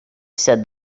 said